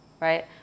right